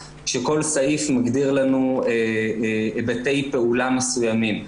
שכל סעיף הגדיר לנו את דרכי פעולה מסוימים.